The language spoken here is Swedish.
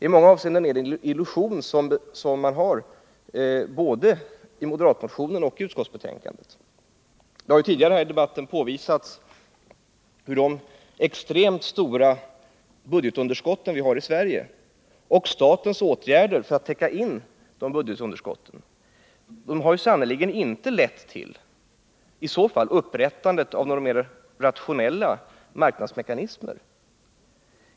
I många avseenden är det en illusion som man ger uttryck för både i moderatmotionen och i utskottsbetänkandet. Det har tidigare i debatten påvisats hur extremt stora budgetunderskott vi har i Sverige. Och statens åtgärder för att täcka in de budgetunderskotten har sannerligen inte lett till upprättandet av några mer rationella marknadsmekanismer.